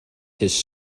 his